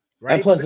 Right